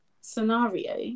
scenario